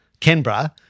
Canberra